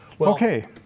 Okay